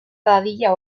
dadila